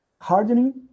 hardening